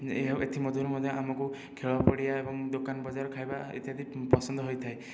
ଏଥିମଧ୍ୟରୁ ମଧ୍ୟ ଆମକୁ ଖେଳ ପଡ଼ିଆ ଏବଂ ଦୋକାନ ବଜାର ଖାଇବା ଇତ୍ୟାଦି ପସନ୍ଦ ହୋଇଥାଏ